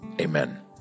Amen